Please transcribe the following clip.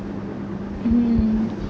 mm